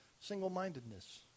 single-mindedness